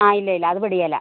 ആ ഇല്ല ഇല്ല അത് പെടുകയില്ല